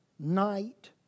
night